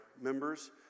members